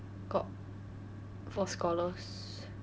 got for scholars